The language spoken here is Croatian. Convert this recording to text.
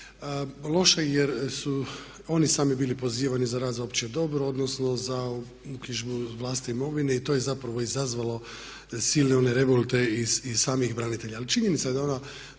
loša jer su oni sami bili pozivani za rad za opće dobro odnosno za uknjižbu vlastite imovine. I to je zapravo izazvalo silne one revolte i samih branitelja.